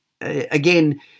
again